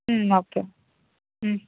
okay